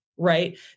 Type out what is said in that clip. Right